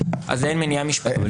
אז אין מניעה משפטית.